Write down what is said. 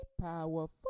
powerful